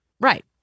Right